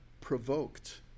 provoked